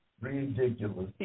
Ridiculous